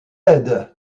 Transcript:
aident